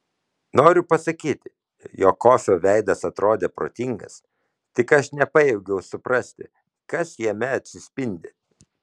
noriu pasakyti jog kofio veidas atrodė protingas tik aš nepajėgiau suprasti kas jame atsispindi